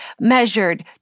measured